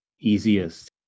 easiest